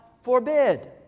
forbid